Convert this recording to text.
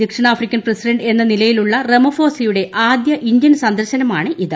ദക്ഷിണാഫ്രിക്കൻ പ്രസിഡന്റ് എന്ന നിലയിലുള്ള റമഫോസയുടെ ആദ്യ ഇന്ത്യൻ സന്ദർശനമാണിത്